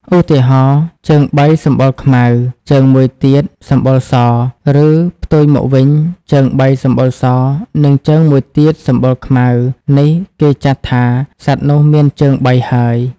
ឧទាហរណ៍ ជើងបីសម្បុរខ្មៅ ជើងមួយទៀតសម្បុរស ឬផ្ទុយមកវិញ ជើងបីសម្បុរស និងជើងមួយទៀតសម្បុរខ្មៅ នេះគេចាត់ថា សត្វនោះមានជើងបីហើយ។